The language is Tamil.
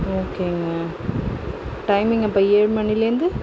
ஓகேங்க டைமிங் அப்போ ஏழு மணிலருந்து